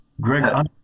Greg